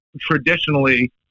traditionally